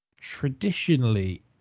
traditionally